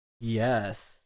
Yes